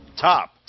Top